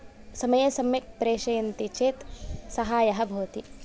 समये सम्यक् प्रेषयन्ति चेत् सहायः भवति